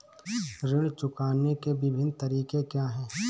ऋण चुकाने के विभिन्न तरीके क्या हैं?